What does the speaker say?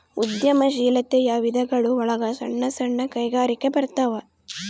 ಉದ್ಯಮ ಶೀಲಾತೆಯ ವಿಧಗಳು ಒಳಗ ಸಣ್ಣ ಸಣ್ಣ ಕೈಗಾರಿಕೆ ಬರತಾವ